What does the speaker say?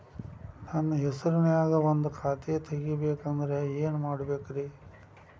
ನನ್ನ ಹೆಸರನ್ಯಾಗ ಒಂದು ಖಾತೆ ತೆಗಿಬೇಕ ಅಂದ್ರ ಏನ್ ಮಾಡಬೇಕ್ರಿ?